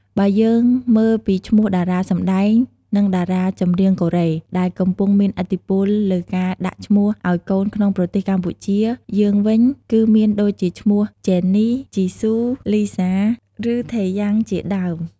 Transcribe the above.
បើយើងមើលពីឈ្មោះតារាសម្ដែង និងតារាចម្រៀងកូរ៉េ ដែលកំពុងមានឥទ្ធិពលលើការដាក់ឈ្មោះឱ្យកូនក្នុងប្រទេសកម្ពុជាយើងវិញ គឺមានដូចជាឈ្មោះ ជេននី ជីស៊ូ លីហ្សា ឬ ថេយាំង ជាដើម។